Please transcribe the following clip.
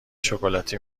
شکلاتی